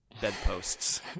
bedposts